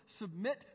submit